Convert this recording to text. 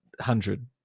hundred